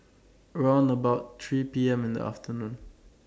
round about three P M in The afternoon